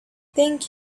thank